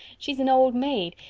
she's an old maid.